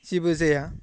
जेबो जाया